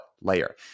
layer